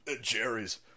Jerry's